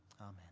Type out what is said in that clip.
Amen